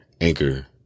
Anchor